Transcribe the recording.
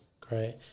Great